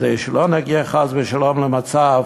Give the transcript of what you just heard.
כדי שלא נגיע, חס ושלום, למצב